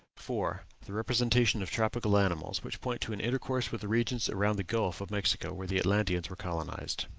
four. the representation of tropical animals, which point to an intercourse with the regions around the gulf of mexico, where the atlanteans were colonized.